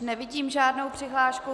Nevidím žádnou přihlášku.